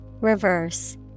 Reverse